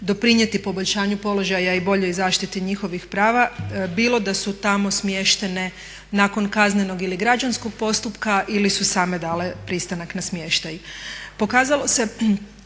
doprinijeti poboljšanju položaja i boljoj zaštiti njihovih prava bilo da su tamo smještene nakon kaznenog ili građanskog postupka ili su same dale pristanak na smještaj.